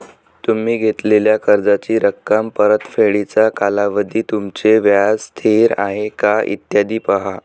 तुम्ही घेतलेल्या कर्जाची रक्कम, परतफेडीचा कालावधी, तुमचे व्याज स्थिर आहे का, इत्यादी पहा